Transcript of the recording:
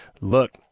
Look